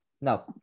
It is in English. no